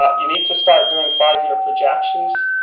ah you need to start doing five year projections.